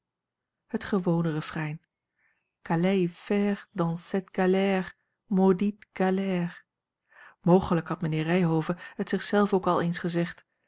maudite galère mogelijk had mijnheer ryhove het zich zelf ook al eens gezegd